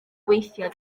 gweithio